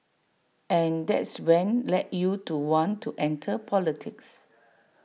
and that's when led you to want to enter politics